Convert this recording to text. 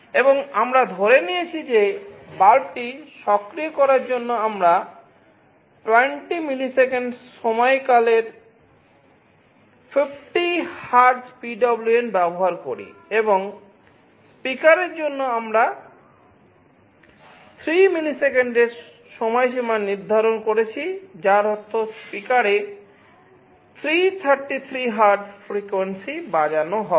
এবং আমরা কিছু ভেরিয়েবল বাজানো হবে